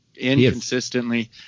inconsistently